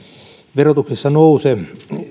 verotuksessa nouse